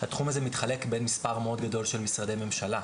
התחום הזה מתחלק בין מספר מאוד גדול של משרדי ממשלה.